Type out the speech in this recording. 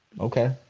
Okay